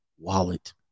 wallet